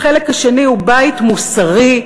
החלק השני הוא בית מוסרי,